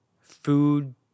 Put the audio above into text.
food